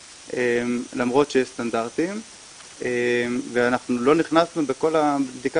למרות שיש סטנדרטים ואנחנו לא נכנסנו בכל הבדיקה